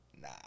nah